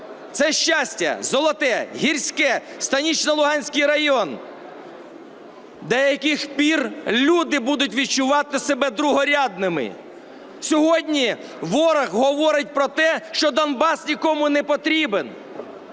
це Щастя, Золоте, Гірське, Станично-Луганський район. До яких пір люди будуть відчувати себе другорядними? Сьогодні ворог говорить про те, що Донбас нікому не потрібен,